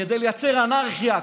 כדי לייצר אנרכיה,